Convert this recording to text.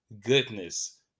goodness